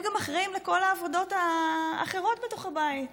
הם גם אחראים לכל העבודות האחרות בתוך הבית,